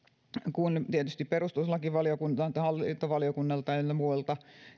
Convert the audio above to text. kuin tietysti perustuslakivaliokunnalta hallintovaliokunnalta ynnä muilta